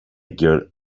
girl